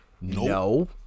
No